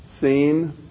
seen